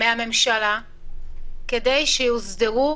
מהממשלה כדי שיוסדרו